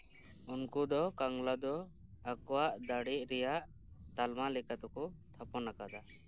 ᱩᱱᱠᱩ ᱫᱚ ᱠᱟᱝᱞᱟ ᱫᱚ ᱟᱠᱚᱣᱟᱜ ᱫᱟᱲᱮ ᱨᱮᱭᱟᱜ ᱛᱟᱞᱢᱟ ᱞᱮᱠᱟᱛᱮ ᱠᱚ ᱛᱷᱟᱯᱚᱱ ᱟᱠᱟᱫᱟ